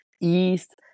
east